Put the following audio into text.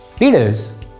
Leaders